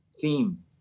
theme